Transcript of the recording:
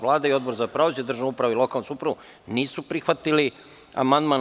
Vlada i Odbor za pravosuđe, državnu upravu i lokalnu samoupravu nisu prihvatili amandman.